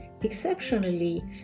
exceptionally